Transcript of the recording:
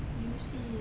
游戏